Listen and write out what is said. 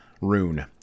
rune